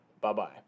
Bye-bye